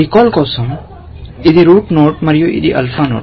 recall కోసం ఇది root node మరియు ఇది ఆల్ఫా నోడ్